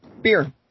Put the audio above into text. Beer